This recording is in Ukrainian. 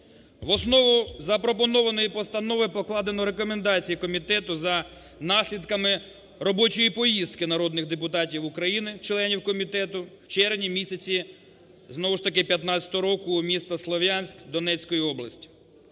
В основу запропонованої постанови покладено рекомендації комітету за наслідками робочої поїздки народних депутатів України членів комітету в червні місяці, знову ж таки, 15 року у місто Слов'янськ Донецької області.